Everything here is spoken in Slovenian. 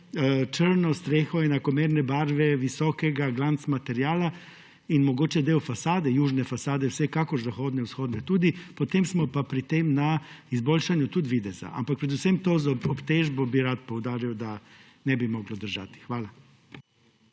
črno streho, enakomerne barve, visokega, glanz materiala in mogoče del fasade, južne fasade vsekakor, zahodne, vzhodne tudi, potem smo pa pri tem na izboljšanju tudi videza, ampak predvsem to z obtežbo bi rad poudaril, da ne bi moglo držati. Hvala.